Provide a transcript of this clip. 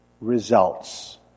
results